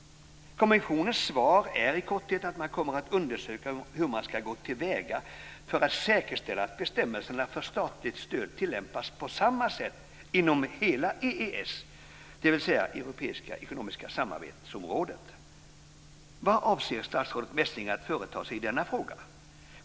Kommissionens svar är i korthet att man kommer att undersöka hur man ska gå till väga för att säkerställa att bestämmelserna för statligt stöd tillämpas på samma sätt inom hela EES, dvs. Europeiska ekonomiska samarbetsområdet. Vad avser statsrådet Messing att företa sig i denna fråga?